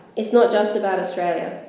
it's not just about australia.